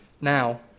Now